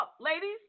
ladies